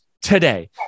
today